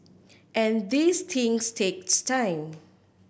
and these things takes time